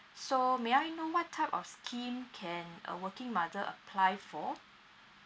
so may I know what type of scheme can a working mother apply for